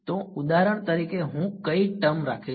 તો ઉદાહરણ માટે હું કઈ ટર્મ રાખીશ